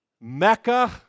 Mecca